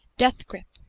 death-grip,